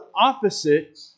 opposite